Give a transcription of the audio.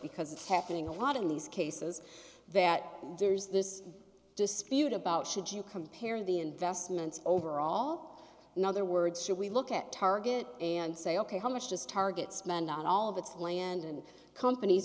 because it's happening a lot in these cases that there's this dispute about should you compare the investments over all other words should we look at target and say ok how much does target's man not all of it's land and companies